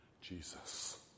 Jesus